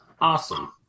awesome